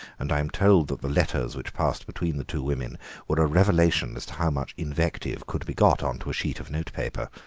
and i'm told that the letters which passed between the two women were a revelation as to how much invective could be got on to a sheet of notepaper.